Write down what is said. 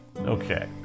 Okay